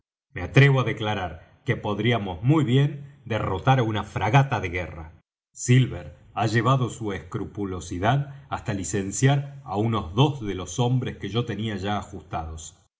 me atrevo á declarar que podríamos muy bien derrotar á una fragata de guerra silver ha llevado su escrupulosidad hasta licenciar á unos dos de los hombres que yo tenía ya ajustados